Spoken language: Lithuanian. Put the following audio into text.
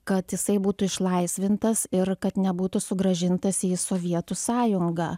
kad jisai būtų išlaisvintas ir kad nebūtų sugrąžintas į sovietų sąjungą